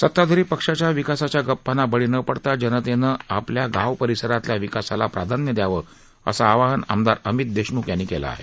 सताधारी पक्षाच्या विकासाच्या गप्पांना बळी न पडता जनतेनं आपल्या गाव परिसरातल्या विकासाला प्राधान्य दयावं असं आवाहन आमदार अमित देशम्ख यांनी केलं आहे